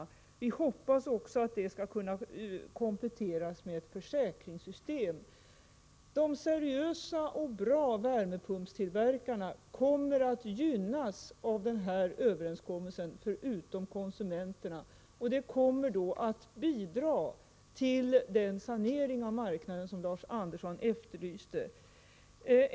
Vi hoppas att detta skall kunna kompletteras med ett försäkringssystem. De seriösa och bra värmepumpstillverkarna kommer att gynnas av den här överenskommelsen förutom konsumenterna, och det kommer då att bidra till den sanering av marknaden som Lars Andersson efterlyste.